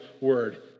word